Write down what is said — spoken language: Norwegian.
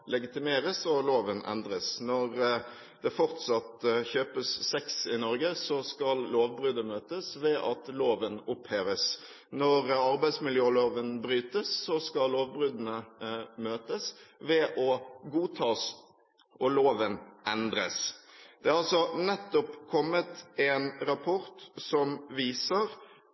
legitimeres og loven endres. Når det fortsatt kjøpes sex i Norge, så skal lovbruddene møtes med at loven oppheves. Når arbeidsmiljøloven brytes, så skal lovbruddene møtes ved å godtas og loven endres. Det har nettopp kommet en rapport som viser